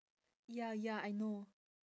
ya ya I know